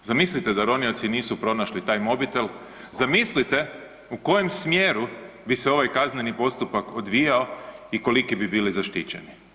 Zamislite da ronioci nisu pronašli taj mobitel, zamislite u kojem smjeru bi se ovaj kazneni postupak odvijao i koliki bi bili zaštićeni.